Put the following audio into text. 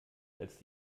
als